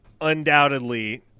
undoubtedly